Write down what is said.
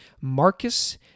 Marcus